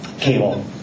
cable